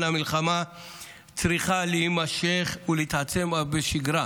המלחמה צריכה להימשך ולהתעצם אף בשגרה.